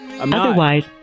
Otherwise